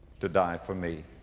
to die for me.